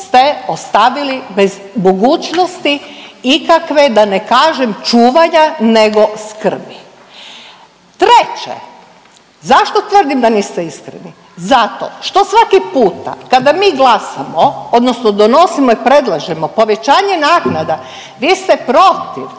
ste ostavili bez mogućnosti ikakve da ne kažem čuvanja nego skrbi. Treće, zašto tvrdim da niste iskreni? Zato što svaki puta kada mi glasamo odnosno donosimo i predlažemo povećanje naknada vi ste protiv,